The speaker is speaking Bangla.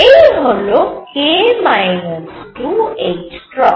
এই হল k 2